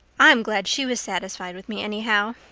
i'm glad she was satisfied with me anyhow,